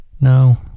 No